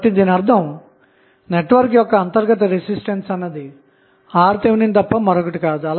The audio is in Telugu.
కాబట్టి దీని అర్థం నెట్వర్క్ యొక్క అంతర్గత రెసిస్టెన్స్ అన్నది RTh తప్ప మరొకటి కాదు